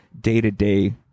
day-to-day